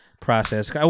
process